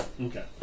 Okay